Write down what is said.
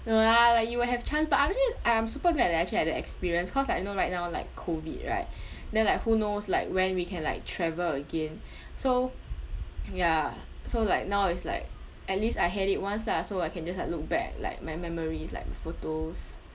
no lah like you will have chance but I'm actually I am super glad that actually I had the experience cause like you know like now like COVID right then like who knows like when we can like travel again so ya so like now is like at least I had it once lah so I can just like look back like my memories like my photos